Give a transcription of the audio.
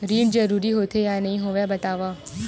ऋण जरूरी होथे या नहीं होवाए बतावव?